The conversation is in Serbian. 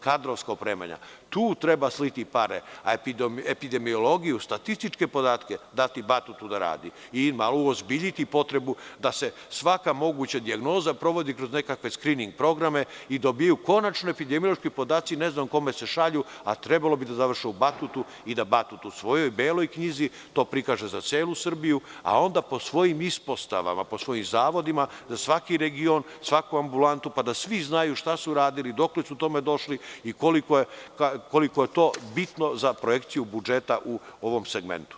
Kadrovska opremanja, tu treba sliti pare, a epidemiologiju, statističke podatke, dati „Batutu“ da radi i malo uozbiljiti potrebu da se svaka moguća dijagnoza provodi kroz nekakve skrining programe i dobijaju konačni epidemiološki podaci, ne znam kome se šalju, a trebalo bi da završe u „Batutu“ i da „Batut“ u svojoj beloj knjizi to prikaže za celu Srbiju, a onda po svojim ispostavama, po svojim zavodima, svaki region, svaku ambulantu, pa da svi znaju šta su radili, dokle su u tome došli i koliko je to bitno za projekciju budžeta u ovom segmentu.